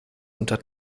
unter